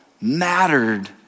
mattered